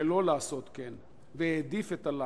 שלא לעשות כן, והעדיף את הלאו.